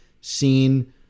seen